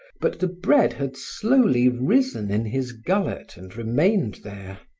but the bread had slowly risen in his gullet and remained there.